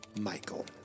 Michael